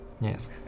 Yes